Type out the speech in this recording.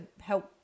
help